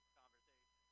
conversation